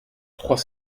trois